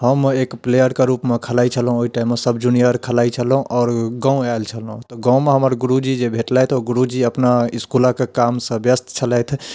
हम एक प्लेअरके रूपमे खेलाइत छलौहुँ हँ ओहि टाइममे सब जुनिअर खेलाइत छलहुँ आओर गाँव आएल छलहुँ तऽ गाँवमे हमर गुरुजी जे भेटलथि ओ गुरुजी अपना इसकूल कऽ कामसँ ब्यस्स्त छलथि